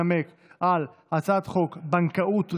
אתה תנמק בהצעת חוק הבנקאות (רישוי)